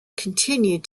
continued